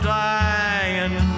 dying